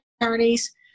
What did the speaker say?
attorneys